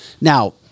Now